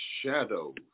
Shadow